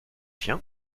chien